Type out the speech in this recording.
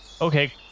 okay